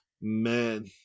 man